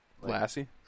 Classy